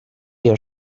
your